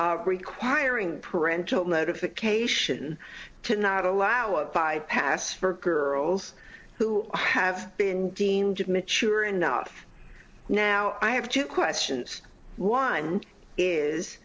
since requiring parental notification to not allow a bypass for girls who have been deemed mature enough now i have two questions one is